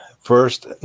first